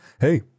hey